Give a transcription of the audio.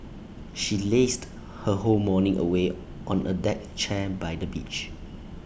she lazed her whole morning away on A deck chair by the beach